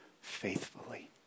faithfully